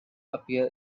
appear